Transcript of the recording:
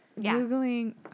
googling